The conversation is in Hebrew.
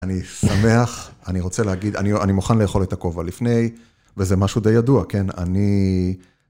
אני שמח, אני רוצה להגיד, אני מוכן לאכול את הכובע לפני, וזה משהו די ידוע, כן? אני...